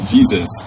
Jesus